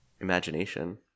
imagination